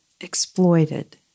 exploited